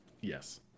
yes